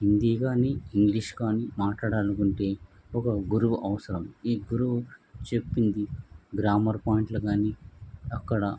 హిందీ కానీ ఇంగ్లీష్ కానీ మట్లాడాలనుకుంటే ఒక గురువు అవసరం ఈ గురువు చెప్పింది గ్రామర్ పాయింట్లు కానీ అక్కడ